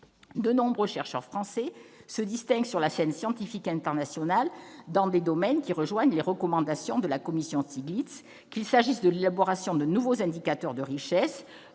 De nombreux chercheurs français se distinguent sur la scène scientifique internationale dans des domaines concernés par les recommandations de la commission Stiglitz, qu'il s'agisse de l'élaboration de nouveaux indicateurs de richesse,